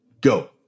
Go